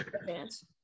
advance